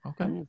okay